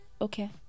okay